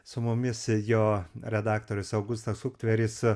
su mumis jo redaktorius augustas uktveris